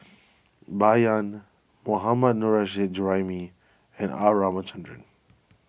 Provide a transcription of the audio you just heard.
Bai Yan Mohammad Nurrasyid Juraimi and R Ramachandran